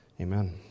amen